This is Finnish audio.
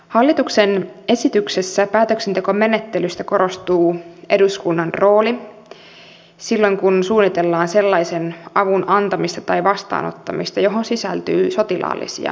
hallituksen esityksessä päätöksentekomenettelystä korostuu eduskunnan rooli silloin kun suunnitellaan sellaisen avun antamista tai vastaanottamista johon sisältyy sotilaallisia voimakeinoja